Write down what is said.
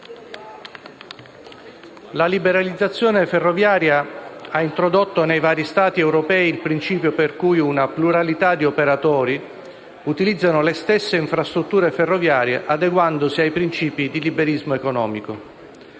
la liberalizzazione ferroviaria ha introdotto nei vari Stati europei il principio per cui una pluralità di operatori utilizzano le stesse infrastrutture ferroviarie, adeguandosi ai principi del liberalismo economico.